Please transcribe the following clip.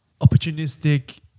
Opportunistic